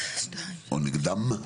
או נגדם?